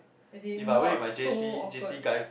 as in not so awkward